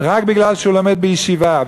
רק בגלל שהוא לומד בישיבה.